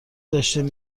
داشتیم